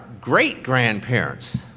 great-grandparents